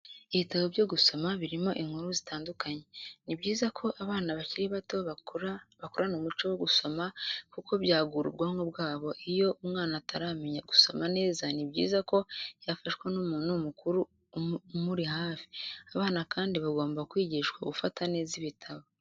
Ibitabo byo gusoma birimo inkuru zitandukanye, ni byiza ko abana bakiri bato bakurana umuco wo gusoma kuko byagura ubwonko bwabo iyo umwana ataramenya gusoma neza ni byiza ko yafashwa n'umuntu mukuru umuri hafi. Abana kandi bagomba kwigishwa gufata neza ibitabo.